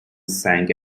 sank